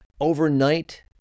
overnight